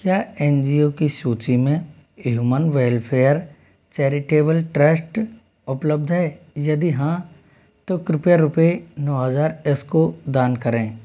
क्या N G O की सूची में ह्यूमन वेलफेयर चैरिटेबल ट्रस्ट उपलब्ध है यदि हाँ तो कृपया रूपए नौ हजार इसको दान करें